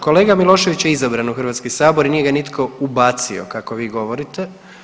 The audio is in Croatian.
Kolega Milošević je izabran u Hrvatski sabor i nije ga nitko ubacio kako vi govorite.